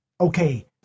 okay